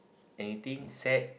anything sad